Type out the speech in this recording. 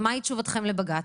מהי תשובתכם לבג"ץ?